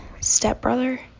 stepbrother